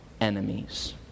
enemies